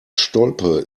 stolpe